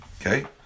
Okay